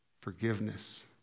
forgiveness